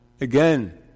again